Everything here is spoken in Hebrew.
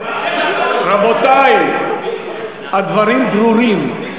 רבותי, הדברים ברורים.